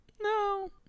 No